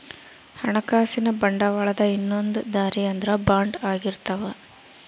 ಹಣಕಾಸಿನ ಬಂಡವಾಳದ ಇನ್ನೊಂದ್ ದಾರಿ ಅಂದ್ರ ಬಾಂಡ್ ಆಗಿರ್ತವ